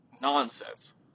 nonsense